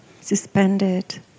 suspended